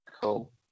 Cool